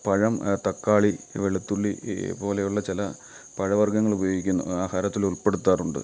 പഴം തക്കാളി വെളുത്തുള്ളി പോലെയുള്ള ചില പഴവർഗ്ഗങ്ങളുപയോഗിക്കുന്നു ആഹാരത്തിൽ ഉൾപ്പെടുത്താറുണ്ട്